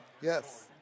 Yes